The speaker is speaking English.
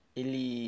ele